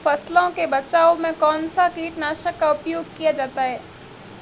फसलों के बचाव में कौनसा कीटनाशक का उपयोग किया जाता है?